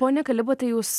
pone kalibatai jūs